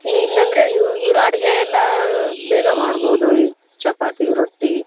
ಇಲ್ಲಾಂದ್ರೆ ಇವು ಇರೋ ಅಡುಗೆಯೆಲ್ಲ ಬೇಗ ಮಾಡ್ಬೋದು ಈ ಚಪಾತಿ ರೊಟ್ಟಿ